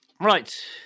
Right